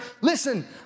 listen